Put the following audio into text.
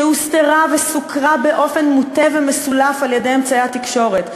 שהוסתרה וסוקרה באופן מוטה ומסולף על-ידי אמצעי התקשורת,